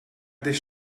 this